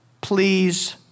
please